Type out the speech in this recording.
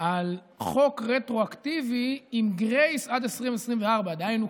על חוק רטרואקטיבי עם גרייס עד 2024. דהיינו,